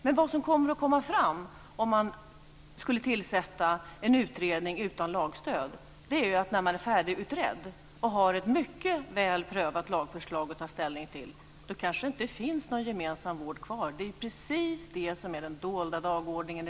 Men vad som kommer att komma fram om man skulle tillsätta en utredning utan lagstöd är att när det är färdigutrett och man har ett mycket väl prövat lagförslag att ta ställning till finns det kanske inte någon gemensam vård kvar. Det är precis det som är den dolda dagordningen.